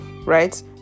right